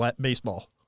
baseball